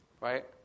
right